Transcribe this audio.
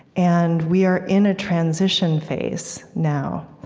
and we are in a transition phase now,